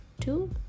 Two